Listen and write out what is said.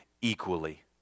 equally